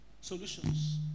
Solutions